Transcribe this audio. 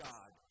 God